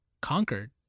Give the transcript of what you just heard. conquered